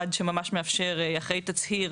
אחד ממש מאפשר, אחרי תצהיר